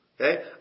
Okay